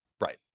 right